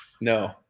no